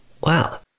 Wow